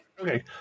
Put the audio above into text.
Okay